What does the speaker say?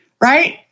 right